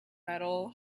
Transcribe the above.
metal